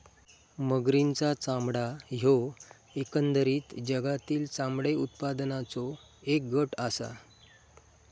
मगरींचा चामडा ह्यो एकंदरीत जगातील चामडे उत्पादनाचों एक गट आसा